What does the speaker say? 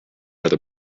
other